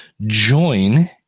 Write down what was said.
join